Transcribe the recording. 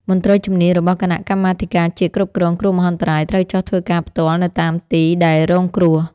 មន្ត្រីជំនាញរបស់គណៈកម្មាធិការជាតិគ្រប់គ្រងគ្រោះមហន្តរាយត្រូវចុះធ្វើការផ្ទាល់នៅតាមទីដែលរងគ្រោះ។